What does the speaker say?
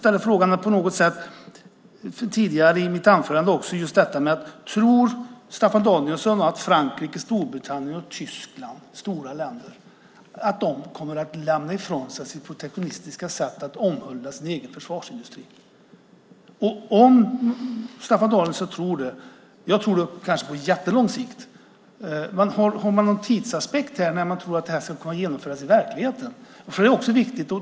Tror Staffan Danielsson att Frankrike, Storbritannien och Tyskland, stora länder, kommer att gå ifrån sitt protektionistiska sätt att omhulda sin egen försvarsindustri? Jag tror det kanske på jättelång sikt. Men har man någon tidsaspekt när man tror att det här ska komma att genomföras i verkligheten? Det är också viktigt.